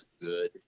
good